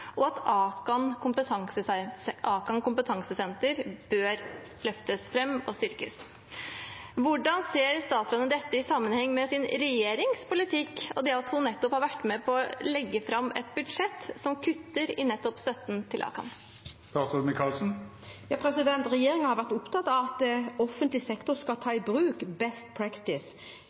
og at Akan kompetansesenter bør løftes fram og styrkes. Hvordan ser statsråden dette i sammenheng med sin regjerings politikk og det at hun nettopp har vært med på å legge fram et budsjett som kutter i nettopp støtten til Akan? Regjeringen har vært opptatt av at offentlig sektor skal ta i bruk